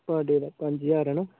पर डे दा पंज ज्हार हैना